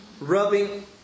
rubbing